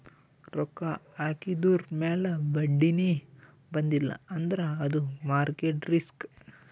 ರೊಕ್ಕಾ ಹಾಕಿದುರ್ ಮ್ಯಾಲ ಬಡ್ಡಿನೇ ಬಂದಿಲ್ಲ ಅಂದ್ರ ಅದು ಮಾರ್ಕೆಟ್ ರಿಸ್ಕ್